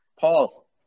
Paul